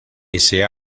ese